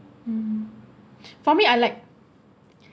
mm for me I like